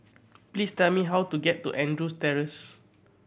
please tell me how to get to Andrews Terrace